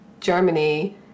Germany